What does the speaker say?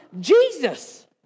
Jesus